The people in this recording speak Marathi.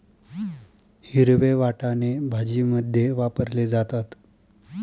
हिरवे वाटाणे भाजीमध्ये वापरले जातात